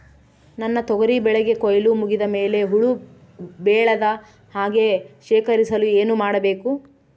ನನ್ನ ತೊಗರಿ ಬೆಳೆಗೆ ಕೊಯ್ಲು ಮುಗಿದ ಮೇಲೆ ಹುಳು ಬೇಳದ ಹಾಗೆ ಶೇಖರಿಸಲು ಏನು ಮಾಡಬೇಕು?